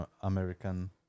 American